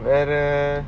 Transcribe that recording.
and the